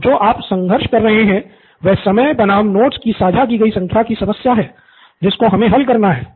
तो जो आप संघर्ष कर रहे हैं वह समय बनाम नोट्स की साझा की गई संख्या कि समस्या है जिसको हमे हल करना है